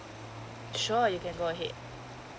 sure you can go ahead